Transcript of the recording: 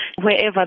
wherever